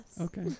Okay